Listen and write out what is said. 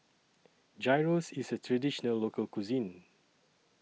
Gyros IS A Traditional Local Cuisine